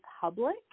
public